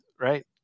right